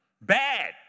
bad